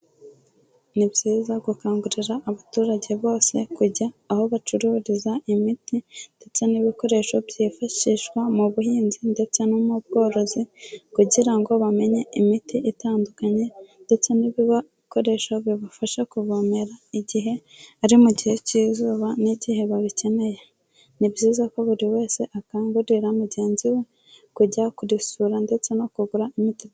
Ni byiza gukangurira abaturage bose kujya aho bacururiza imiti ndetse n'ibikoresho byifashishwa mu buhinzi ndetse no mu bworozi, kugira ngo bamenye imiti itandukanye, ndetse n'ibikoresho bibafasha kuvomera igihe ari mu gihe cy'izuba n'igihe babikeneye, ni byiza ko buri wese akangurira mugenzi we kujya kurisura ndetse no kugura imiti.